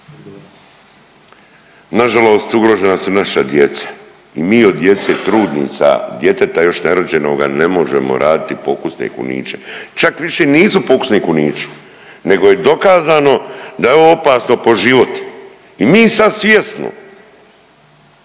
Nažalost ugrožena su naša djeca i mi od djece trudnica, djeteta još nerođenoga ne možemo raditi pokusne kuniće. Čak više nisu pokusni kunići nego je dokazano da je ovo opasno po život i mi sad svjesno